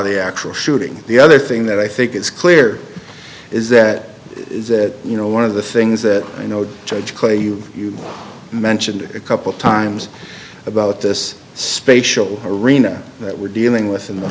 i actual shooting the other thing that i think it's clear is that that you know one of the things that you know judge clay you've mentioned a couple times about this spatial arena that we're dealing with in the